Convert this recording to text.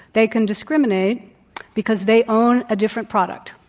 they can discriminate because they own a different product,